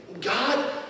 God